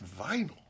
vinyl